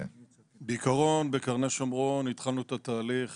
בעיקרון בקרני שומרון התחלנו את התהליך